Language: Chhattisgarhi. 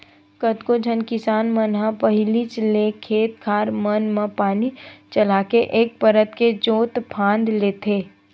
कतको झन किसान मन ह पहिलीच ले खेत खार मन म पानी चलाके एक परत के जोंत फांद लेथे